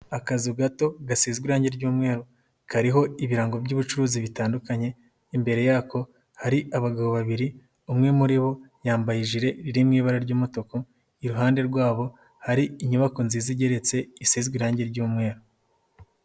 Akazu gato gasizwe irange ry'umweru kariho ibirango by'ubucuruzi bitandukanye imbere yako hari abagabo babiri umwe muri bo yambaye ijire riri mu ibara ry'umutuku, iruhande rwabo hari inyubako nziza igeretse isezwe irange ry'umweru.